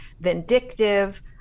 vindictive